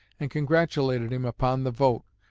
and congratulated him upon the vote,